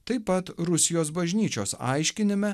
taip pat rusijos bažnyčios aiškinime